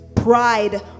pride